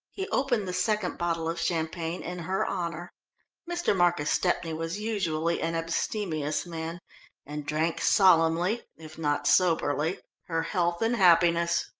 he opened the second bottle of champagne in her honour mr. marcus stepney was usually an abstemious man and drank solemnly, if not soberly, her health and happiness.